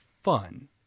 fun